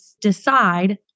decide